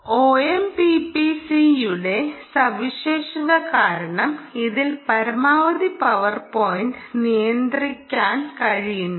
OMPPCയുടെ സവിശേഷത കാരണം ഇതിൽ പരമാവധി പവർ പോയിൻറ് നിയന്ത്രി ക്കാൻ കഴിയുന്നു